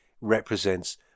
represents